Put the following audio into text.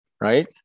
right